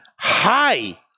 Hi